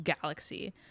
galaxy